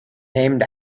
named